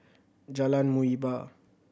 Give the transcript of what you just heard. Jalan Muhibbah